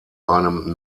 einem